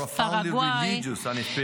לקשרים הדיפלומטיים עם ישראל לא יהיה לב אמיתי,